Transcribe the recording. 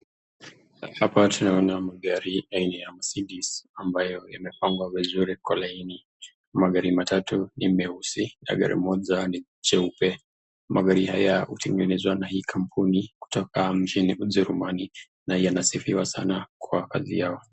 Hapa tunaona magari aina ya Mercedes ambayo yamepangwa vizuri kwa laini. Magari matatu ni meusi na gari moja ni cheupe. Magari haya hutengenezwa na hii kampuni kutoka mjini Ujerumani na yanasifiwa sa